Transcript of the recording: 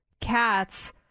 cats